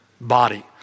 body